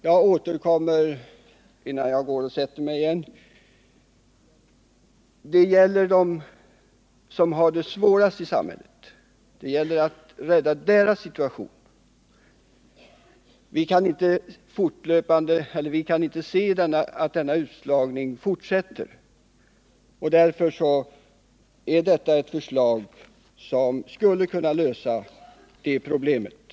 Det gäller att förbättra situationen för dem som har det svårast i samhället. Vi kan inte acceptera att denna utslagning fortsätter, och detta är ett förslag som skulle kunna lösa det problemet.